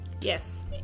Yes